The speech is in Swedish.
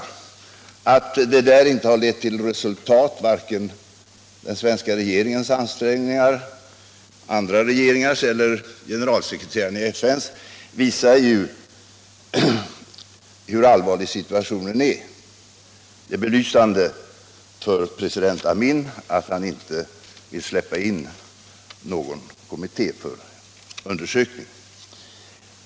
Att varken ansträngningarna från den svenska regeringen, från andra regeringar eller från generalsekreteraren i FN har lett till resultat visar hur allvarlig situationen är. Det är betecknande för president Amin att han inte vill släppa in någon kommitté för undersökning.